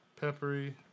Peppery